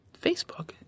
Facebook